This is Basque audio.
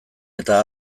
eta